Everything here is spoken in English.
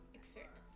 experience